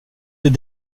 des